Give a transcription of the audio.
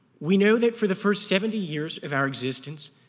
we know that for the first seventy years of our existence,